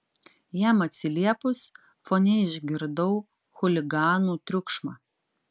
jam atsiliepus fone išgirdau chuliganų triukšmą